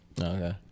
Okay